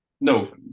No